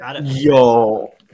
Yo